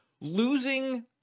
losing